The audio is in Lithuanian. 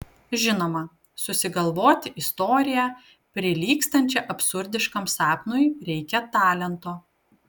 žinoma susigalvoti istoriją prilygstančią absurdiškam sapnui reikia talento